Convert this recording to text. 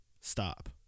stop